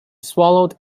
swallowed